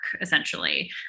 essentially